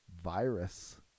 virus